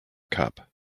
cup